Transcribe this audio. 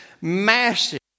massive